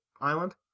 Island